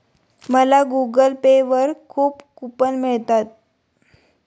मला Google Pay वर खूप कूपन मिळतात